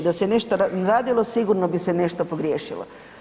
Da ste nešto radilo, sigurno bi se nešto pogriješilo.